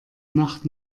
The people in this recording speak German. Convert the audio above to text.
nacht